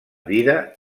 vida